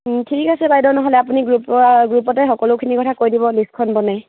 ঠিক আছে বাইদেউ নহ'লে আপুনি গ্ৰুপ গ্ৰুপতে সকলোখিনিৰ কথা কৈ দিব লিষ্টখন বনাই